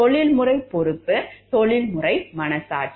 தொழில்முறை பொறுப்பு தொழில்முறை மனசாட்சி